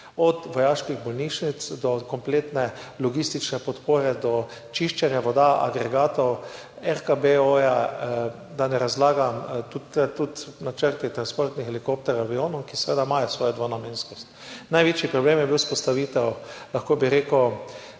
od vojaških bolnišnic do kompletne logistične podpore, do čiščenja voda, agregatov, RKBO, da ne razlagam. Tudi načrti transportnih helikopterjev, avionov, ki seveda imajo svojo dvonamenskost. Največji problem je bila vzpostavitev enot za